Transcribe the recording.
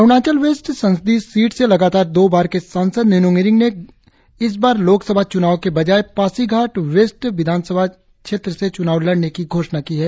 Arunachal west संसदीय सीट से लगातार दो बार के सांसद निनोंग इरिंग ने इस बार लोक सभा चुनाव के बजाए पासीघाट वेस्ट विधानसभा क्षेत्र से चुनाव लड़ने की घोषणा की है